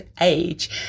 age